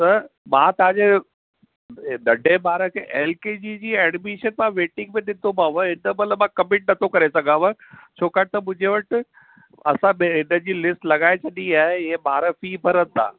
त मां तव्हां जे नंढे ॿार खे एल के जी जी एडमिशन मां वेटिंग में ॾींदोमांव हिन मइल मां कमिट नथो करे सघांव छाकणि त मुहिंजे वटि असां हिते जी लिस्ट लॻाइ छॾी आहे इहे ॿार फ़ी भरनि था